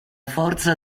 forza